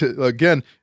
Again